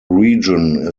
region